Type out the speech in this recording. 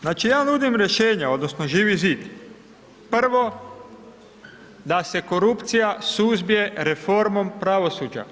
Znači, ja nudim rješenja, odnosno Živi zid, prvo da se korupcija suzbije reformom pravosuđa.